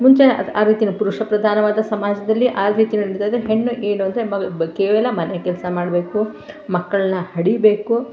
ಮುಂಚೆಯೇ ಅದು ಆ ರೀತಿಯೇ ಪುರುಷ ಪ್ರಧಾನವಾದ ಸಮಾಜದಲ್ಲಿ ಆ ರೀತಿ ನಡಿತಾ ಇದೆ ಹೆಣ್ಣು ಏನು ಅಂದರೆ ಮ್ ಬ ಕೇವಲ ಮನೆ ಕೆಲಸ ಮಾಡಬೇಕು ಮಕ್ಕಳನ್ನ ಹಡಿಬೇಕು